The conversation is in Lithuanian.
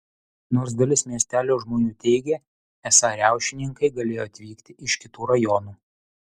nors dalis miestelio žmonių teigė esą riaušininkai galėjo atvykti iš kitų rajonų